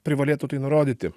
privalėtų tai nurodyti